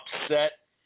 upset